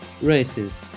races